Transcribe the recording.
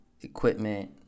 equipment